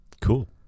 Cool